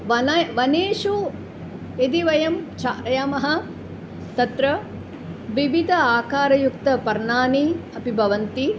वन वनेषु यदि वयं चालयामः तत्र विविधानि आकारयुक्तपर्णानि अपि भवन्ति